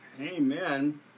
Amen